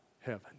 heaven